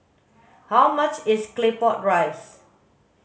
how much is claypot rice